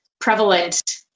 prevalent